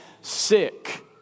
sick